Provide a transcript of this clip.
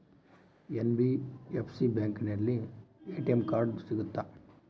NBFC ಬ್ಯಾಂಕಿನಲ್ಲಿ ATM card ಸಿಗುತ್ತಾ?